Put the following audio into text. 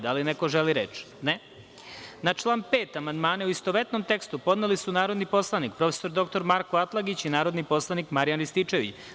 Da li neko želi reč? (Ne.) Na član 5. amandmane, u istovetnom tekstu, podneli su narodni poslanik prof. dr Marko Atlagić i narodni poslanik Marijan Rističević.